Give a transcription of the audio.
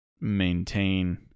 maintain